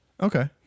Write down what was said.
okay